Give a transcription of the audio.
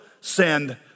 send